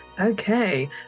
Okay